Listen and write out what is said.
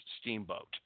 steamboat